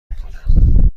میکنم